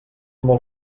molt